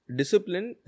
discipline